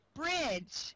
bridge